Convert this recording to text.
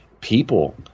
people